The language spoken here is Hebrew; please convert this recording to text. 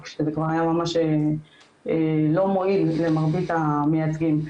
שזה כבר היה ממש לא מועיל למרבית המייצגים.